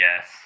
yes